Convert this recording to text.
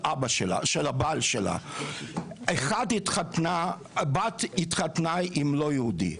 הבעל שלה הבת התחתנה עם לא יהודי.